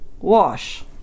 wash